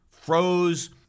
froze